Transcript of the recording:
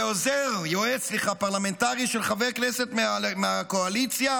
ויועץ פרלמנטרי של חבר כנסת מהקואליציה